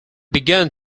began